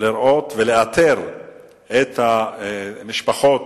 ולאתר את המשפחות